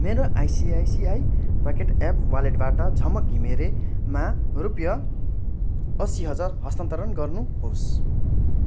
मेरो ICICI pocket app वालेटबाट झमक घिमिरेमा रुपियाँ अस्सी हजार स्थानान्तरण गर्नुहोस्